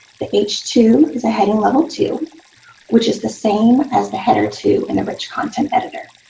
the h two is a heading level two which is the same as the header two in the rich content editor.